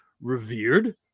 revered